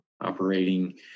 operating